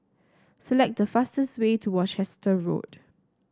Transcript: select the fastest way to Worcester Road